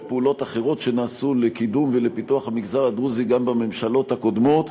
פעולות אחרות שנעשו לקידום ולפיתוח המגזר הדרוזי גם בממשלות הקודמות,